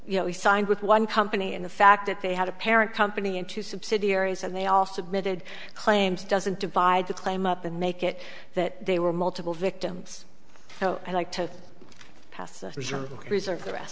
you know he signed with one company and the fact that they had a parent company in two subsidiaries and they all submitted claims doesn't divide the claim up and make it that they were multiple victims so i'd like to pass reserve the rest